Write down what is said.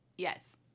Yes